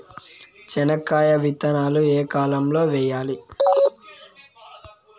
చెనక్కాయ విత్తనాలు ఏ కాలం లో వేయాలి?